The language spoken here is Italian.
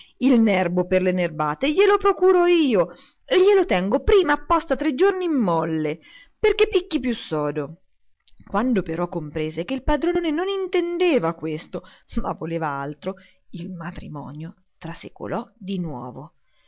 il nerbo per le nerbate glielo procuro io e glielo tengo prima apposta tre giorni in molle perché picchi più sodo quando però comprese che il padrone non intendeva questo ma voleva altro il matrimonio trasecolò di nuovo